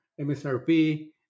MSRP